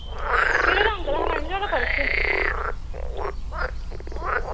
केह्ड़े रंग दा हा मैडम जी थुआढ़ा पर्स